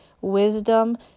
wisdom